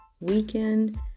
weekend